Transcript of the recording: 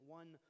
one